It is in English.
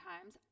times